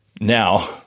Now